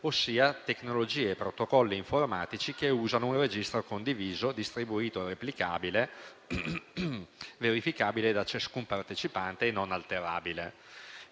ossia tecnologie e protocolli informatici che usano un registro condiviso, distribuito, replicabile e verificabile da ciascun partecipante e non alterabile.